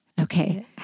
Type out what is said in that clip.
okay